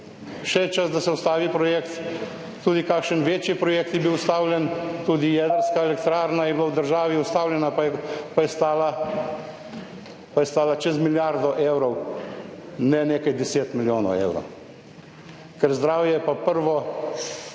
je čas, da se ustavi projekt, tudi kakšen večji projekt je bil ustavljen, tudi jedrska elektrarna je bila v državi ustavljena, pa je, pa je stala, pa je stala čez milijardo evrov, ne nekaj deset milijonov evrov. Ker zdravje je pa prvo,